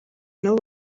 nabo